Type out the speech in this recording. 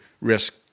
risk